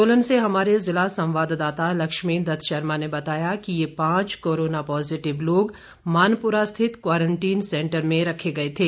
सोलन से हमारे जिला संवाददाता लक्ष्मी दत्त शर्मा ने बताया कि ये पांच कोरोना पॉजिटिव लोग मानपुरा स्थित क्वारंटीन सेंटर में रखे गए थे